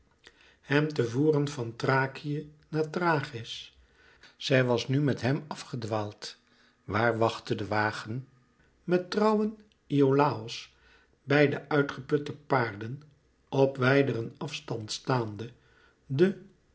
hem te voeren van thrakië naar thrachis zij was nu met hem af gedaald waar wachtte de wagen met trouwen iolàos bij de uitgeputte paarden op wijderen afstand staande de